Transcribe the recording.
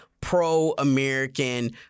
pro-American